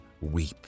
weep